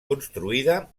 construïda